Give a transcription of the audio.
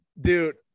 dude